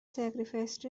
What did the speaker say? sacrificed